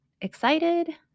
Excited